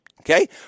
Okay